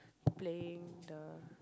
playing the